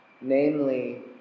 Namely